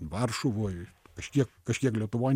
varšuvoj kažkiek kažkiek lietuvoj